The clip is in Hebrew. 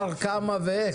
רגע --- של שר, כמה ואיך.